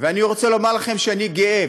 אני רוצה לומר לכם שאני גאה,